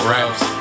Raps